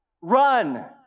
Run